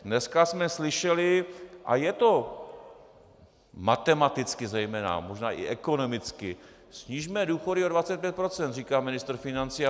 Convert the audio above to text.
Dneska jsme slyšeli, a je to matematicky zejména, možná i ekonomicky: Snižme důchody o 25 procent, říká ministr financí.